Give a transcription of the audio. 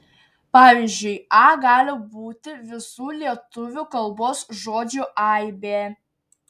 pavyzdžiui a gali būti visų lietuvių kalbos žodžių aibė